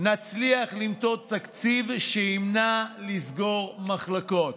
נצליח למצוא תקציב שימנע סגירת מחלקות.